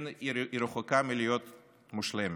כן, היא רחוקה מלהיות מושלמת.